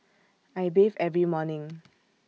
I bathe every morning